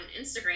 Instagram